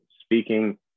speaking